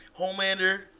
Homelander